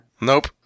Nope